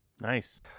Nice